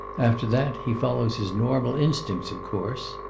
after that he follows his normal instincts, of course.